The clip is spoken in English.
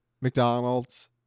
McDonald's